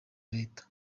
leta